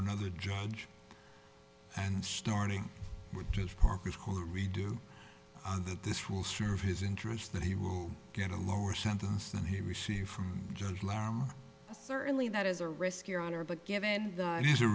another judge and starting with just parker's whole redo that this will serve his interests that he will get a lower sentence than he received from judge larry certainly that is a risk your honor but given that